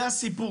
זה הסיפור.